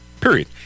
period